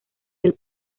del